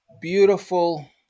beautiful